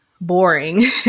boring